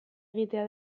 egitea